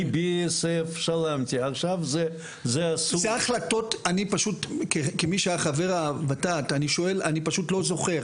אני פשוט לא זוכר,